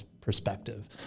perspective